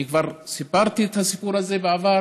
אני כבר סיפרתי את הסיפור הזה בעבר.